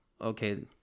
okay